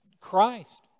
Christ